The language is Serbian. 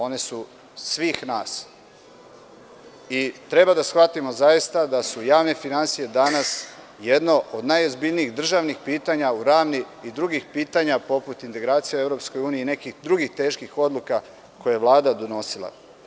One su svih nas i treba da shvatimo zaista da su javne finansije danas jedno od najozbiljnijih državnih pitanja u ravni i drugih pitanja poput integracija u EU i nekih drugih teških odluka koje je Vlada donosila.